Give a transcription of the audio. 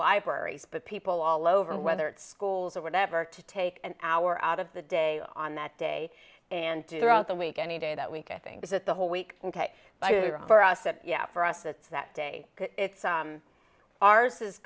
libraries but people all over whether it's schools or whatever to take an hour out of the day on that day and do throughout the week any day that week i think that the whole week for us that yeah for us it's that day it's ours is